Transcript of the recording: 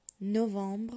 Novembre